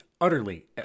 utterly